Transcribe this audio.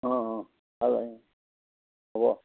অঁ অঁ হ'ব